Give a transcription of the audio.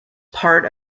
part